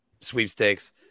sweepstakes